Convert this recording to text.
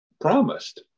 promised